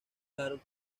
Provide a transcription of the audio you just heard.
harold